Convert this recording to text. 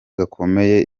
gakomeye